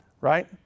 right